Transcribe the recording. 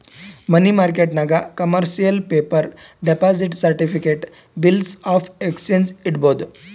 ಮನಿ ಮಾರ್ಕೆಟ್ನಾಗ್ commercial paper, deposit certificate, bills of exchange ಇಡ್ಬೋದ್